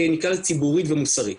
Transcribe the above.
נקרא לזה ציבורית ומוסרית.